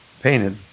painted